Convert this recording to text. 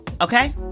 Okay